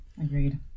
agreed